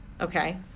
Okay